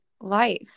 life